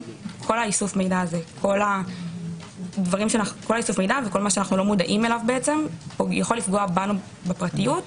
איסוף המידע הזה וכל מה שאנו לא מודעים אליו יכול לפגוע בפרטיות שלנו,